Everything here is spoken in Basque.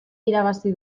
irabazi